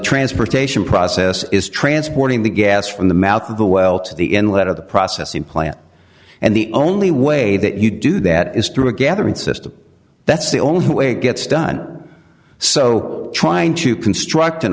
transportation process is transporting the gas from the mouth of the well to the inlet of the processing plant and the only way that you do that is through a gathering system that's the only way it gets done so trying to construct an